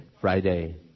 Friday